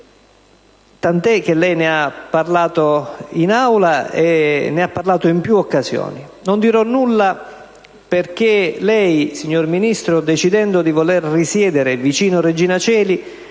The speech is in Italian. tanto che lei ne ha parlato in Aula, e ne ha parlato in più occasioni. Non dirò nulla perché lei, signor Ministro, decidendo di voler risiedere vicino Regina Coeli,